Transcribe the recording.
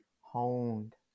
honed